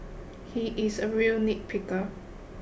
he is a real nitpicker